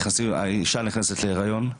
האישה נכנסת להיריון,